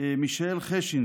מישאל חשין,